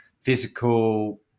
physical